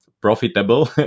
profitable